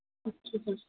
ਅੱਛਾ ਸਰ